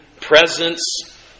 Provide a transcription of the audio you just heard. presence